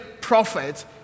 prophets